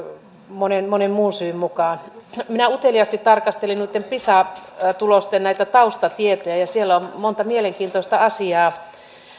monen monen muun syyn mukaan minä uteliaasti tarkastelin pisa tulosten taustatietoja ja ja siellä on monta mielenkiintoista asiaa